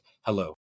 hello